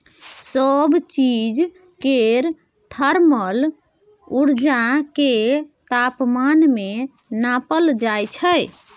सब चीज केर थर्मल उर्जा केँ तापमान मे नाँपल जाइ छै